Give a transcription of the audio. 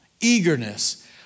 eagerness